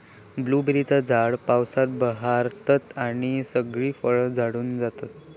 ब्लूबेरीची झाडा पावसात बहरतत आणि सगळी फळा झडून जातत